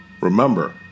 Remember